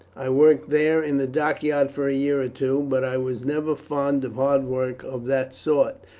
i worked there in the dockyard for a year or two but i was never fond of hard work of that sort,